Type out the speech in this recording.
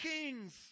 kings